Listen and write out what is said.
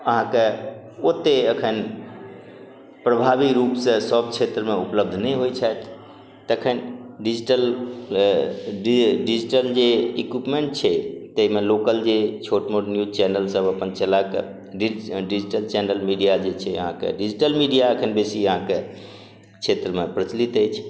अहाँके ओते अखन प्रभावी रूपसँ सभ क्षेत्रमे उपलब्ध नहि होइ छथि तखन डिजिटल डिजिटल जे इक्विपमेन्ट छै ताहिमे लोकल जे छोट मोट न्यूज चैनल सभ अपन चला कऽ डिजिटल चैनल मीडिया जे छै अहाँके डिजिटल मीडिया अखन बेसी अहाँके क्षेत्रमे प्रचलित अछि